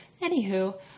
Anywho